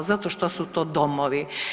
Zato što su to domovi.